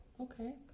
Okay